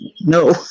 no